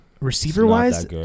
receiver-wise